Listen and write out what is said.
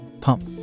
Pump